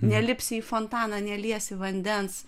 nelipsi į fontaną neliesi vandens